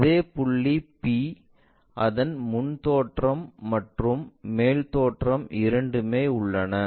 அதே புள்ளி p அதன் முன் தோற்றம் மற்றும் மேல் தோற்றம் இரண்டுமே உள்ளன